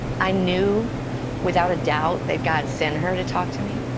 i knew without a doubt that god sent her to talk to me.